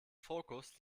fokus